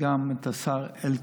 גם השר אלקין,